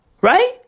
right